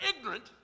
ignorant